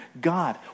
God